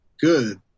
Good